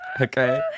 Okay